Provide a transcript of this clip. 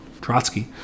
Trotsky